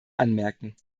anmerken